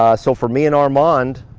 ah so, for me and armand,